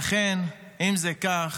לכן, אם זה כך,